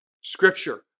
Scripture